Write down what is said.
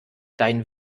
dein